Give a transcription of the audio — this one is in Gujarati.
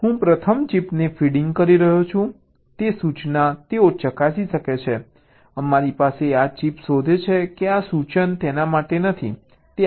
હું પ્રથમ ચિપને ફીડીંગ કરી રહ્યો છું તે સૂચના તેઓ ચકાસી શકે છે અમારી પાસે આ ચિપ શોધે છે કે આ સૂચના તેના માટે નથી તે આગામી માટે છે